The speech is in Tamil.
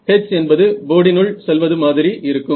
H என்பது போர்டினுள் செல்வது மாதிரி இருக்கும்